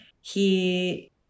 He-